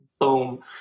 Boom